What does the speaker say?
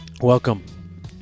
welcome